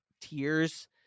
tears